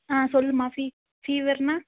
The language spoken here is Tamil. ஆ சொல்லும்மா ஃபீவர்னால்